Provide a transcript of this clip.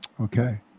okay